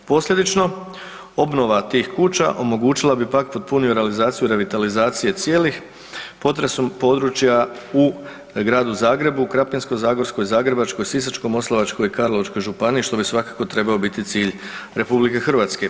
Posljedično, obnova tih kuća omogućila bi pak potpuniju realizaciju revitalizacije cijelih potresom područja u Gradu Zagrebu, Krapinsko-zagorskoj, Zagrebačkoj, Sisačko-moslavačkoj i Karlovačkoj županiji što bi svakako trebao biti cilj RH.